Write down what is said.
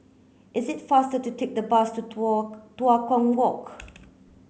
is it faster to take the bus to Tua Kong Walk